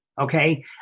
Okay